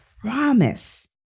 promise